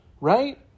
Right